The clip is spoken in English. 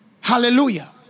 Hallelujah